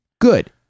Good